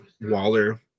Waller